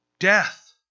Death